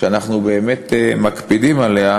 שאנחנו באמת מקפידים עליה,